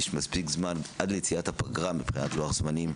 יש מספיק זמן עד ליציאה לפגרה מבחינת לוח זמנים.